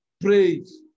praise